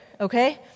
okay